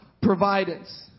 providence